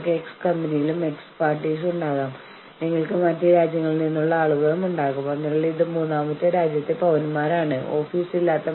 നിങ്ങൾക്കറിയാമോ ഹിന്ദിയിൽ ഞങ്ങൾക്ക് മറ്റൊരു വ്യക്തിയെ അഭിസംബോധന ചെയ്യാൻ മൂന്ന് വഴികളുണ്ട്